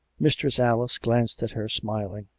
mistress alice glanced at her, smiling.